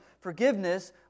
Forgiveness